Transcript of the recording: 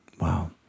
Wow